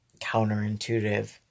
counterintuitive